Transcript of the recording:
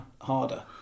harder